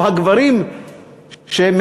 או הגברים שמלווים,